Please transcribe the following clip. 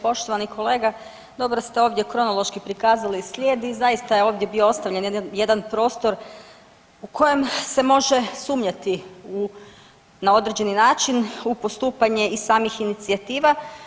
Poštovani kolega dobro ste ovdje kronološki prikazali slijed i zaista je ovdje bio ostavljen jedan prostor u kojem se može sumnjati u, na određeni način u postupanje i samih inicijativa.